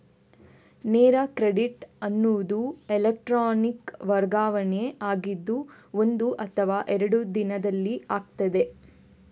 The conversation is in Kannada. ನೇರ ಕ್ರೆಡಿಟ್ ಅನ್ನುದು ಎಲೆಕ್ಟ್ರಾನಿಕ್ ವರ್ಗಾವಣೆ ಆಗಿದ್ದು ಒಂದು ಅಥವಾ ಎರಡು ದಿನದಲ್ಲಿ ಆಗ್ತದೆ